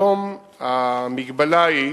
היום המגבלה היא